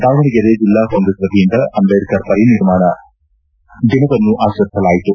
ದಾವಣಗೆರೆ ಜಿಲ್ಲಾ ಕಾಂಗ್ರೆಸ್ ವತಿಯಿಂದ ಅಂಬೇಡ್ಕರ್ ಪರಿನಿರ್ವಾಣ ದಿನವನ್ನು ಆಚರಿಸಲಾಯಿತು